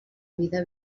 vida